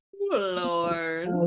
Lord